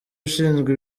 ushinzwe